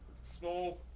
small